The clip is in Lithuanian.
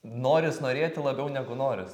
noris norėti labiau negu noris